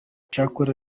cyakora